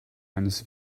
eines